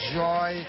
joy